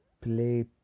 play